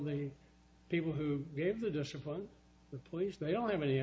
the people who gave the discipline the police they don't have any